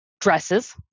dresses